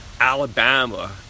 Alabama